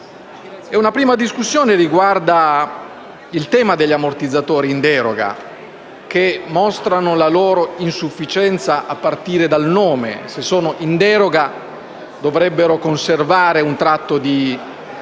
Una prima discussione riguarda il tema degli ammortizzatori in deroga, che mostrano la loro insufficienza a partire dal nome: se sono in deroga dovrebbero conservare un tratto di